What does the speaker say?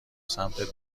سمتت